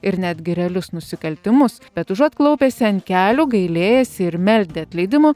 ir netgi realius nusikaltimus bet užuot klaupęsi ant kelių gailėjęsi ir meldę atleidimo